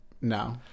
No